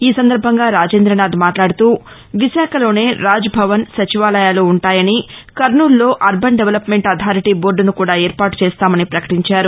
ఈ సందర్బంగా రాజేందనాథ్ మాట్లాడుతూవిశాఖలోనే రాజ్భవన్ సచివాలయాలు వుంటాయని కర్నూలులో అర్బన్ డెవలప్మెంట్ అధారిటీ బోర్డును కూడా ఏర్పాటు చేస్తామని ప్రకటించారు